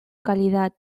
calidad